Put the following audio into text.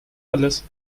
alles